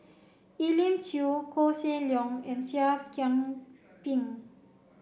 Elim Chew Koh Seng Leong and Seah Kian Peng